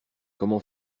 comment